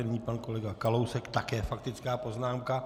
Nyní pan kolega Kalousek, také faktická poznámka.